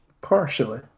Partially